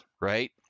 right